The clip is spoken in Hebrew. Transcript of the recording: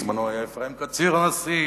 בזמנו היה אפרים קציר הנשיא,